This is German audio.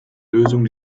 lösung